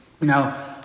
Now